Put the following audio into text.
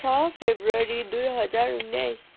छः फेब्रुअरी दुई हजार उन्नाइस